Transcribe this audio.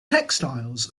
textiles